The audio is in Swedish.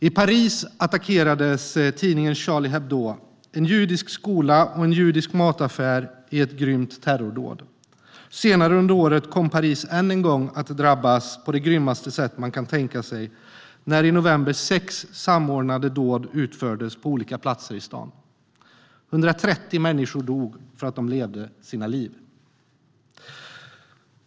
I Paris attackerades tidningen Charlie Hebdo, en judisk skola och en judisk mataffär i grymma terrordåd. Senare under året kom Paris än en gång att drabbas på det grymmaste sätt man kan tänka sig när i november sex samordnade dåd utfördes på olika platser i staden. 130 människor dog för att de levde sina liv.